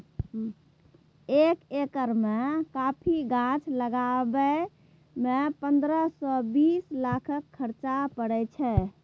एक एकर मे कॉफी गाछ लगाबय मे पंद्रह सँ बीस लाखक खरचा परय छै